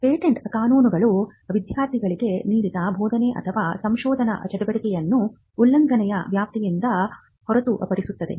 patent ಕಾನೂನುಗಳು ವಿದ್ಯಾರ್ಥಿಗಳಿಗೆ ನೀಡಿದ ಬೋಧನೆ ಅಥವಾ ಸಂಶೋಧನಾ ಚಟುವಟಿಕೆಯನ್ನು ಉಲ್ಲಂಘನೆಯ ವ್ಯಾಪ್ತಿಯಿಂದ ಹೊರತುಪಡಿಸುತ್ತದೆ